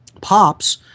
pops